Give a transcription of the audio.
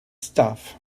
stuff